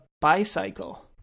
bicycle